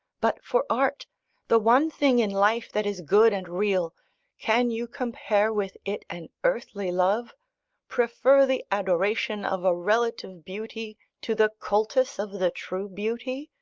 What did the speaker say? but for art the one thing in life that is good and real can you compare with it an earthly love prefer the adoration of a relative beauty to the cultus of the true beauty?